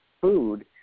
food